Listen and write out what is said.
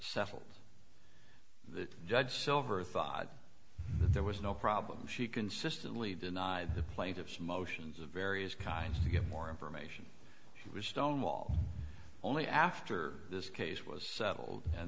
settled the judge silver thot there was no problem she consistently denied the plaintiff's motions of various kinds get more information it was stone wall only after this case was settled and